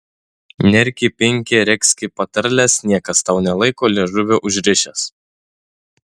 nerki pinki regzki patarles niekas tau nelaiko liežuvio užrišęs